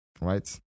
right